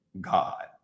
God